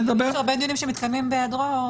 יש הרבה דיונים שמתקיימים בהיעדרו.